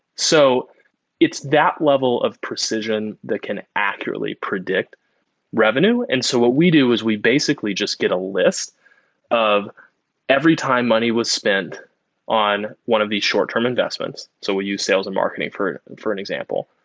so it's that level of precision that can accurately predict revenue. and so what we do is we basically just get a list of every time money was spent on one of these short-term investments, so we use sales and marketing for and for an example,